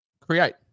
Create